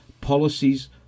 policies